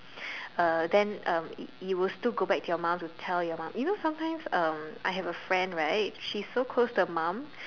uh then um you you will still go back to your mum to tell your mum you know sometimes um I have a friend right she's so close to her mum